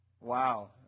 wow